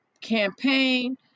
campaign